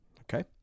Okay